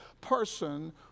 person